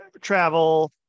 travel